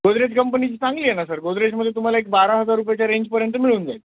गोदरेज कंपनीची चांगली आहे ना सर गोदरेजमध्ये तुम्हाला एक बारा हजार रुपयाच्या रेंजपर्यंत मिळून जाईल